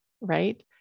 right